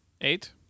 Eight